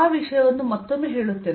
ಆ ವಿಷಯವನ್ನು ಮತ್ತೊಮ್ಮೆ ಹೇಳುತ್ತೇನೆ